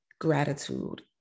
gratitude